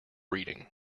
reading